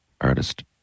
artist